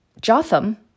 Jotham